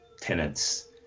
tenants